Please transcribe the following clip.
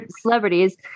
celebrities